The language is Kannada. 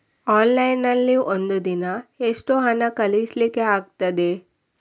ಆನ್ಲೈನ್ ನಲ್ಲಿ ಒಂದು ದಿನ ಎಷ್ಟು ಹಣ ಕಳಿಸ್ಲಿಕ್ಕೆ ಆಗ್ತದೆ?